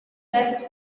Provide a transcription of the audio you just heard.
best